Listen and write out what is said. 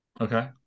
Okay